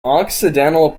occidental